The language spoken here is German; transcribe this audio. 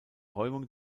räumung